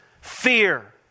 fear